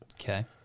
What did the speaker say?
Okay